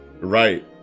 right